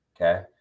okay